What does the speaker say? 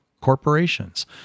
corporations